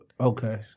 Okay